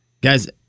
guys